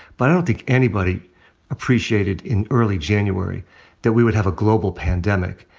but i don't think anybody appreciated in early january that we would have a global pandemic.